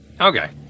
Okay